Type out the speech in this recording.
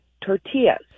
tortillas